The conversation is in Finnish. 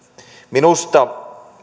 minusta